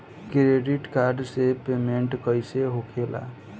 Credit card से payment कईसे होखेला?